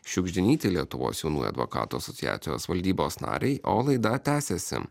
šiugždinytei lietuvos jaunųjų advokatų asociacijos valdybos narei o laida tęsiasi